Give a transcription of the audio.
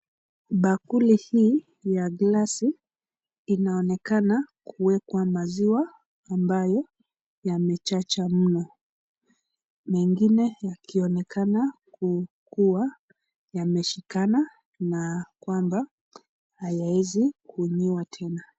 Bakuli hii ya glasi inaonekana kuwekwa maziwa ambayo yamechacha mno. Mengine yakionekana kukua yameshikana na kwamba hayawezi kunywiwa tena.